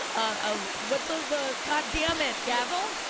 ah what's ah the, god damn it gavel?